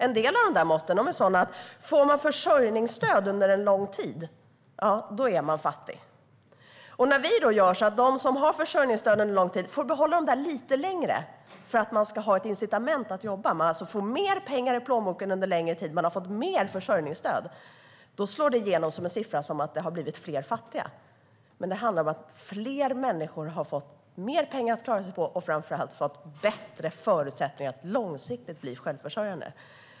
En del av de måtten är sådana att om man får försörjningsstöd under lång tid, då är man fattig. När vi då gör så att de som har försörjningsstöd under lång tid får behålla det stödet lite längre, för att de ska ha ett incitament för att jobba - det vill säga får mer pengar i plånboken under längre tid och har fått mer försörjningsstöd - då slår det igenom som en siffra om att det har blivit fler fattiga. Men det handlar ju om att fler människor har fått mer pengar att klara sig på och framför allt har fått bättre förutsättningar för att långsiktigt bli självförsörjande.